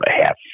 half